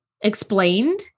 explained